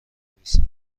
بنویسد